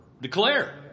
Declare